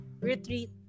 retreat